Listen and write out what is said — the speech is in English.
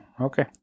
Okay